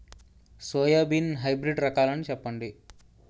Soybean hybrid రకాలను చెప్పండి?